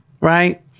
right